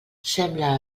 sembla